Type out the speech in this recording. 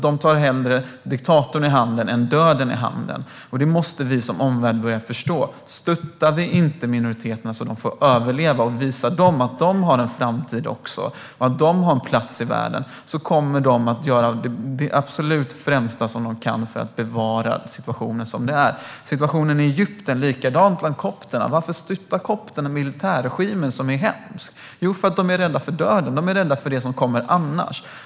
De tar hellre diktatorn än döden i handen. Detta måste vi i omvärlden börja förstå. Stöttar vi inte minoriteterna så att de kan överleva och visar dem att de har en framtid och en plats i världen kommer de att göra allt de kan för att bevara situationen som den är. Situationen är likadan bland kopterna i Egypten. Varför stöttar kopterna den hemska militärregimen? Jo, för att det är rädda för döden. De är rädda för det som kommer annars.